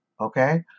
okay